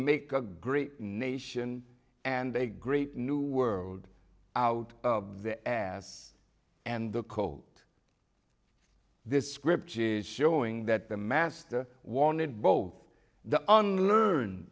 make agree nation and a great new world out of the ass and the cold this script is showing that the master wanted both the on learn